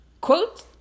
Quote